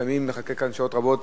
לפעמים מחכה פה שעות רבות,